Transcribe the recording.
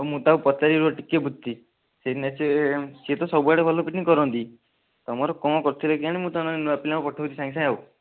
ହଉ ମୁଁ ତାକୁ ପଚାରିବି ରୁହ ଟିକିଏ ବୁଝୁଛି ସିଏ ନେ ସିଏ ସିଏତ ସବୁଆଡ଼େ ଭଲ ଫିଟିଙ୍ଗ କରନ୍ତି ତମର କଣ କରିଥିଲେ କେଜାଣି ମୁଁ ତାହାନେ ନୂଆଁ ପିଲାଙ୍କୁ ପଠଉଛି ସାଙ୍ଗେସାଙ୍ଗେ ଆଉ